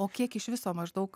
o kiek iš viso maždaug